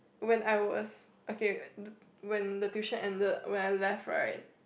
when I was okay the when the tuition ended when I left right